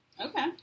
okay